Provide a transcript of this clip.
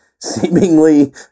seemingly